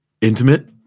Intimate